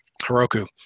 Heroku